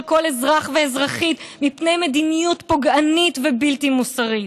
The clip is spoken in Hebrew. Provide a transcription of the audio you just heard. כל אזרח ואזרחית מפני מדיניות פוגענית ובלתי מוסרית.